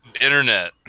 Internet